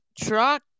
truck